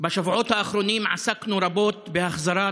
בשבועות האחרונים עסקנו רבות בהחזרת